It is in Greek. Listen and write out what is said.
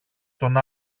των